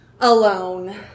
alone